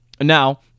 now